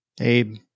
Abe